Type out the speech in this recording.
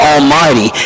Almighty